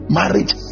marriage